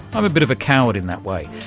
i'm a bit of a coward in that way,